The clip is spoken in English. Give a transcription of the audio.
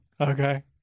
Okay